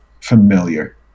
familiar